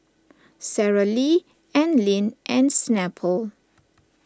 Sara Lee Anlene and Snapple